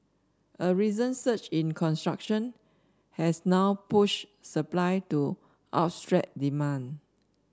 a recent surge in construction has now pushed supply to outstrip demand